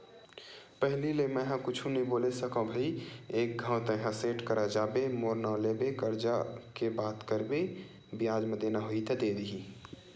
पहिली ले मेंहा कुछु नइ बोले सकव भई एक घांव तेंहा सेठ करा जाबे मोर नांव लेबे करजा के बात करबे बियाज म देना होही त दे दिही